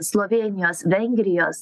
slovėnijos vengrijos